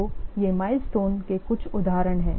तो ये माइलस्टोन के कुछ उदाहरण हैं